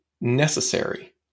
necessary